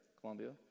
Columbia